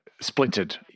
splintered